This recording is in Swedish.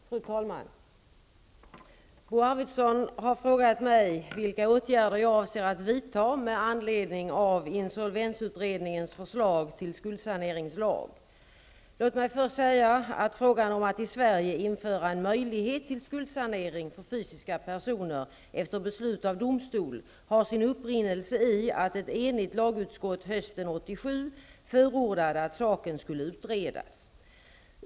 Fru talman! Bo Arvidson har frågat mig vilka åtgärder jag avser att vidta med anledning av insolvensutredningens förslag till skuldsaneringslag. Låt mig först säga att frågan om att i Sverige införa en möjlighet till skuldsanering för fysiska personer efter beslut av domstol har sin upprinnelse i att ett enigt lagutskott hösten 1987 förordade att saken skulle utredas .